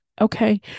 Okay